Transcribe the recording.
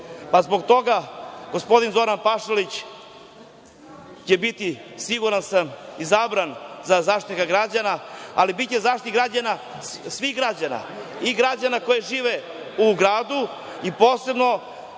Zbog toga Zoran Pašalić će biti siguran sam izabran za Zaštitnika građana, ali biće Zaštitnik građana svih građana i građana koji žive u gradu i posebno